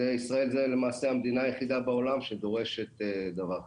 ישראל זאת המדינה היחידה בעולם שדורשת דבר כזה.